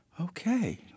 Okay